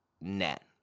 net